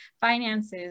finances